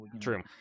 true